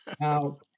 Now